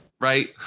right